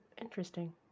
Interesting